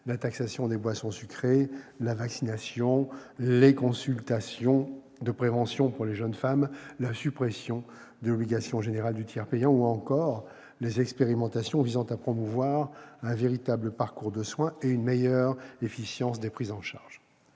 la taxation des boissons sucrées, la vaccination, les consultations de prévention pour les jeunes femmes, la suppression de l'obligation générale du tiers payant, ou encore les expérimentations visant à promouvoir un véritable parcours de soins et une meilleure efficience des prises en charge.